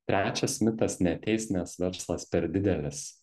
trečias mitas neateis nes verslas per didelis